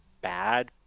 bad